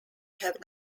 have